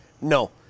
No